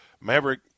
Maverick